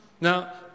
Now